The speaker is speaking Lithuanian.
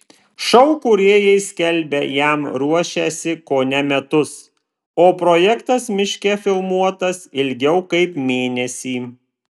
šou kūrėjai skelbia jam ruošęsi kone metus o projektas miške filmuotas ilgiau kaip mėnesį